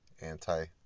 -anti